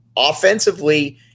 offensively